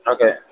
Okay